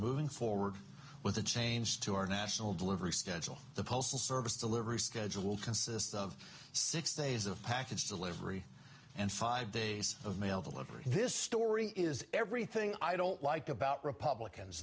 moving forward with a change to our national delivery stansell the postal service delivery schedule consists of six days of package delivery and five days of mail delivery this story is everything i don't like about republicans